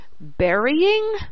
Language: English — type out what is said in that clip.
burying